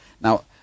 now